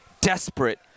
desperate